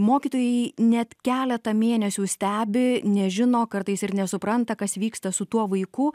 mokytojai net keletą mėnesių stebi nežino kartais ir nesupranta kas vyksta su tuo vaiku